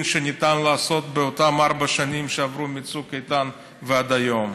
שניתן לעשות באותן ארבע שנים שעברו מצוק איתן ועד היום.